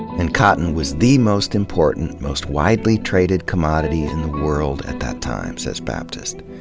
in cotton was the most important, most widely traded commodity in the world at that time, says baptist.